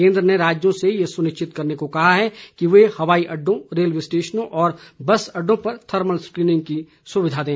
केन्द्र ने राज्यों से ये सुनिश्चित करने को कहा है कि ये हवाई अड्डों रेलवे स्टेशनों तथा बस अड्डों पर थर्मल स्क्रीनिंग की सुविधा दें